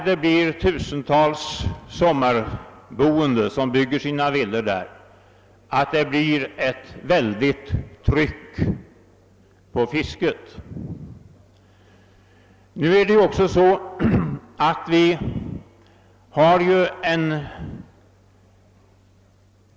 De tusentals sommargäster som bygger sina stugor inom dessa områden förorsakar självfallet ett mycket starkt tryck på fisket.